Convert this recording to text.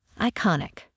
Iconic